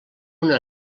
una